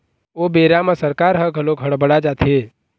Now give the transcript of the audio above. ओ बेरा म सरकार ह घलोक हड़ बड़ा जाथे